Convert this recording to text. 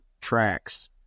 tracks